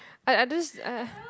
I I just uh